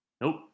Nope